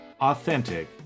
authentic